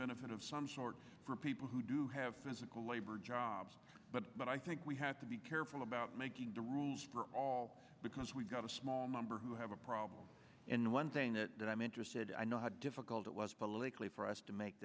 benefit of some sort for people who do have physical labor jobs but i think we have to be careful about making the rules for all because we've got a small number who have a problem and one thing that i'm interested i know how difficult it was politically for us to make